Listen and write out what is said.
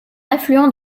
affluent